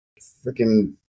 freaking